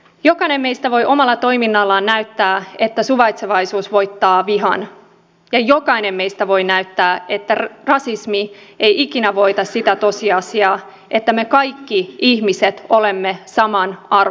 jokainen meistä voi omalla toiminnallaan näyttää että suvaitsevaisuus voittaa vihan ja jokainen meistä voi näyttää että rasismi ei ikinä voita sitä tosiasiaa että me kaikki ihmiset olemme samanarvoisia